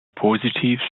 positiv